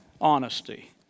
Honesty